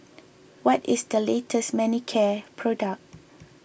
what is the latest Manicare product